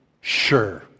sure